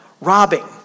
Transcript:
robbing